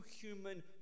human